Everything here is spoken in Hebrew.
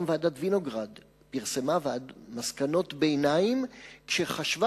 גם ועדת-וינוגרד פרסמה מסקנות ביניים כשחשבה